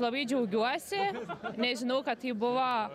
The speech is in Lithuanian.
labai džiaugiuosi nes žinau kad tai buvo